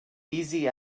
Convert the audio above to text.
easy